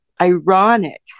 ironic